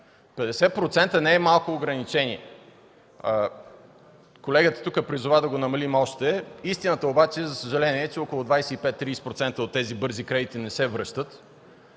не е малко ограничение. Колегата призова да го намалим още. Истината обаче е, за съжаление, че около 25-30 процента от тези бързи кредити не се връщат